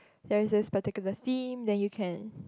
there is this particular theme then you can